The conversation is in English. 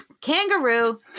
kangaroo